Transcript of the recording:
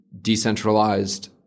decentralized